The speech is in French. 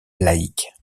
laïque